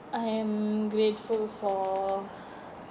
I am grateful for